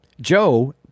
Joe